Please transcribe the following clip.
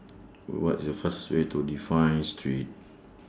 What IS The fastest Way to Dafne Street